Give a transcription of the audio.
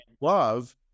love